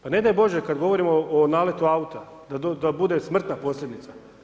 Pa ne daj Bože, kad govorimo o naletu auta da bude smrtna posljedica.